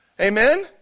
Amen